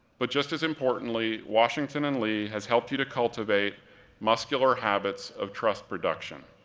but just as importantly, washington and lee has helped you to cultivate muscular habits of trust production.